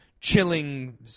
chilling